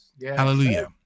Hallelujah